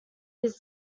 his